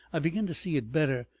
i begin to see it better.